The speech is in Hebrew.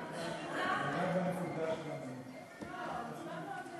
עדיין לא הצבענו,